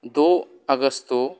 द' आगष्ट'